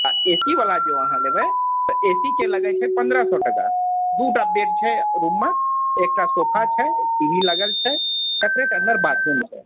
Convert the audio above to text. आ A C वला जँ अहाँ लेबै तऽ ए सी के लगै छै पन्द्रह सौ टका दूटा बेड छै रूम मे एकटा सोफा छै टी वी लगल छै सेपेरेट अन्दर बाथरूम छै